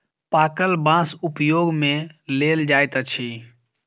पाकल बाँस उपयोग मे लेल जाइत अछि